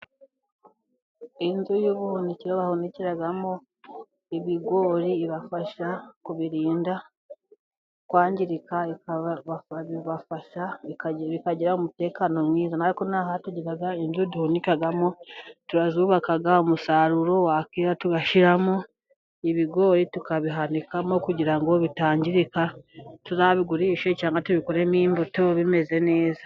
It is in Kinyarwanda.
inzu y'ubuhunikiro bahunikiramo ibigori ibafasha kubirinda kwangirika, bikagira umutekano mwiza. Natwe ino aha tugira inzu duhunikamo turazubaka, umusaruro wakera tugashyiramo ibigori, tukabihanikamo kugira ngo bitangirika tuzabigurishe, tubikuremo imbuto bimeze neza.